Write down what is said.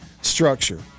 structure